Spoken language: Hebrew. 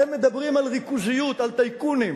אתם מדברים על ריכוזיות, על טייקונים.